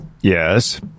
Yes